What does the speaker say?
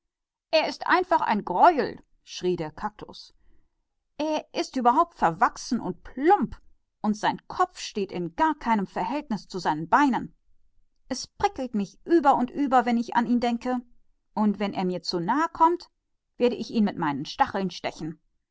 er ist ein wahres scheusal rief der kaktus er ist ja ganz verbogen und verstümmelt und sein kopf steht in gar keinem verhältnis zu seinen beinen wahrhaftig mir läuft eine gänsehaut über den ganzen körper und wenn er mir nahe kommt werde ich ihn mit meinen dornen stechen